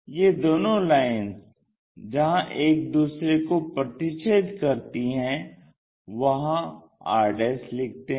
ये दोनों लाइन्स जहाँ एक दूसरे को प्रतिच्छेद करती हैं वहां r लिखते हैं